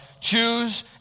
choose